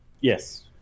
yes